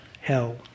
hell